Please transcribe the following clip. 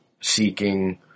seeking